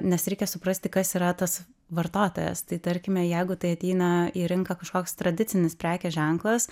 nes reikia suprasti kas yra tas vartotojas tarkime jeigu tai ateina į rinką kažkoks tradicinis prekės ženklas